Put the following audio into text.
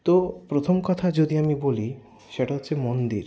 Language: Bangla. তো প্রথম কথা যদি আমি বলি সেটা হচ্ছে মন্দির